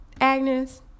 Agnes